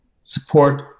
support